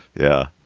yeah,